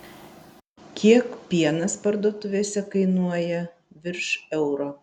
kiek pienas parduotuvėse kainuoja virš euro